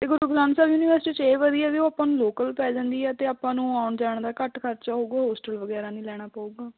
ਸ਼੍ਰੀ Guru Granth Sahib university 'ਚ ਇਹ ਵਧੀਆ ਵੀ ਉਹ ਆਪਾਂ ਨੂੰ ਲੋਕਲ ਪੈ ਜਾਂਦੀ ਹੈ ਅਤੇ ਆਪਾਂ ਨੂੰ ਆਉਣ ਜਾਣ ਦਾ ਘੱਟ ਖਰਚਾ ਹੋਊਗਾ ਹੋਸਟਲ ਵਗੈਰਾ ਨਹੀਂ ਲੈਣਾ ਪਊਗਾ